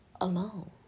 alone